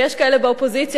ויש כאלה באופוזיציה,